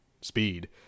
speed